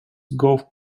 golf